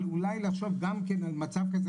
אבל אולי לחשוב גם על מצב כזה.